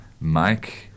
Mike